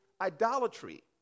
idolatry